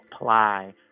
apply